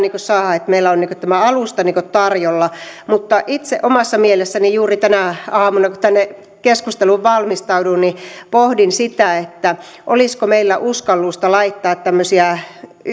saada että meillä on tämä alusta tarjolla mutta itse omassa mielessäni juuri tänä aamuna kun tänne keskusteluun valmistauduin pohdin sitä olisiko meillä uskallusta laittaa tämmöisiä